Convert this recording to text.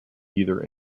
either